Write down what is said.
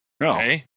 No